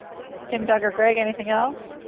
tim duggar greg anything else